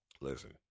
listen